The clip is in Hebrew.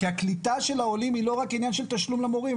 כי הקליטה של העולים היא לא רק עניין של תשלום למורים,